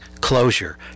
closure